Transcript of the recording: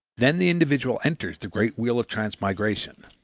then the individual enters the great wheel of transmigration.